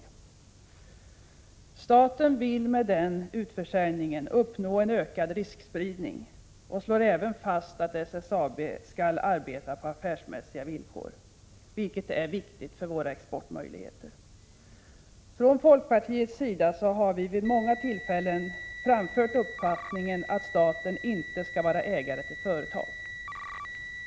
Staten vill med den utförsäljningen uppnå en ökad riskspridning, och det slås även fast att SSAB skall arbeta på affärsmässiga villkor, vilket är viktigt för våra exportmöjligheter. Från folkpartiets sida har vi vid många tillfällen framfört uppfattningen att staten inte skall vara ägare till företag.